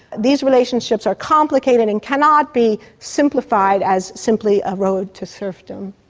these relationships are complicated and cannot be simplified as simply a road to serfdom.